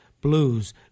blues